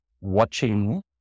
watching